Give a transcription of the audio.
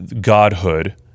godhood